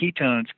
ketones